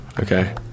Okay